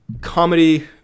comedy